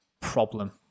problem